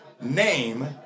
Name